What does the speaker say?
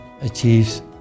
achieves